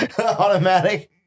Automatic